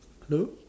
hello